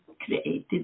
created